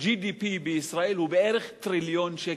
ה-GDP בישראל הוא בערך טריליון שקל.